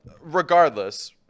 regardless